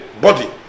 body